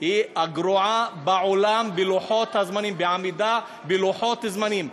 היא הגרועה בעולם בעמידה בלוחות זמנים.